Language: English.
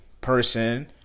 person